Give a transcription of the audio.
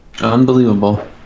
Unbelievable